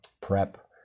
prep